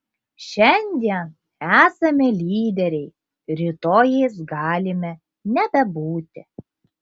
šiandien esame lyderiai rytoj jais galime nebebūti